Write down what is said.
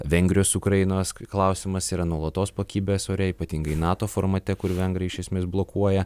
vengrijos ukrainos klausimas yra nuolatos pakibęs ore ypatingai nato formate kur vengrai iš esmės blokuoja